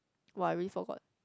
!wah! I really forgot